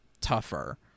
tougher